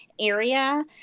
area